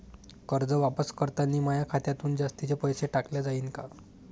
कर्ज वापस करतांनी माया खात्यातून जास्तीचे पैसे काटल्या जाईन का?